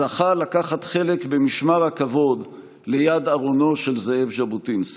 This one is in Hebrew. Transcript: זכה לקחת חלק במשמר הכבוד ליד ארונו של זאב ז'בוטינסקי.